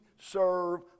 serve